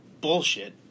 bullshit